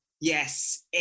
Yes